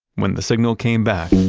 when the signal came back,